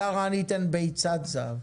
לקארה אני אתן ביצת זהב,